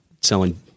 selling